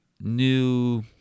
new